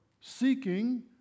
seeking